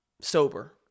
sober